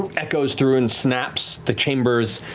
echoes through and snaps. the chambers